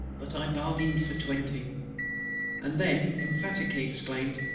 but i bargained for twenty and then emphatically exclaimed,